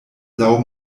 laŭ